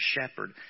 shepherd